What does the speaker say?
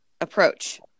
approach